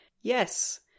Yes